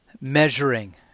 measuring